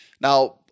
Now